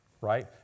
Right